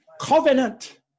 covenant